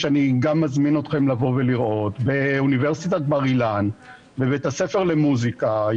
שאני מזמין אתכם לבוא ולראות באוניברסיטת בר אילן בבית הספר למוסיקה.